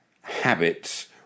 habits